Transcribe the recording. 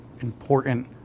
important